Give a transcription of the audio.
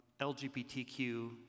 LGBTQ